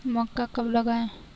मक्का कब लगाएँ?